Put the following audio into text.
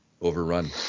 overrun